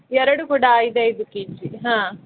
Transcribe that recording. ಎರಡು ಕೂಡ ಐದು ಐದು ಕೆಜಿ ಹಾಂ